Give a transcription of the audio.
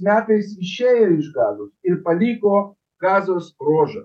metais išėjo iš gazos ir paliko gazos ruožą